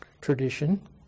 tradition